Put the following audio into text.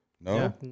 No